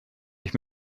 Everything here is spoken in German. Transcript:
ich